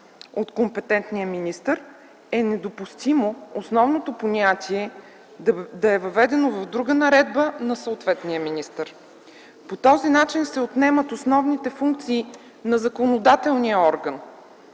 от компетентния министър, е недопустимо основното понятие да е въведено в друга наредба на съответния министър. По този начин се отнемат основните функции на законодателния орган